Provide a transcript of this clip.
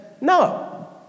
no